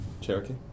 Cherokee